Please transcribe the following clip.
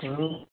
ठहरू